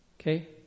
Okay